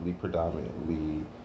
predominantly